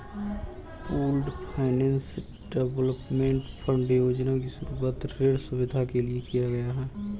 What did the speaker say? pooled finance development fund योजना की शुरूआत ऋण सुविधा के लिए किया गया है